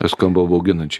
tai skamba bauginančiai